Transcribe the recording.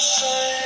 say